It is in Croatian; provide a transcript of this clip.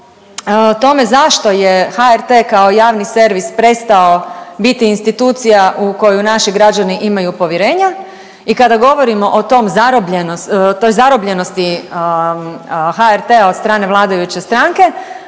tome zašto je HRT kao javni servis prestao biti institucija u koju naši građani imaju povjerenja i kada govorimo o tom, o toj zarobljenosti HRT-a od strane vladajuće stranke,